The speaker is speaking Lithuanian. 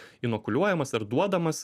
inokuliuojamas ar duodamas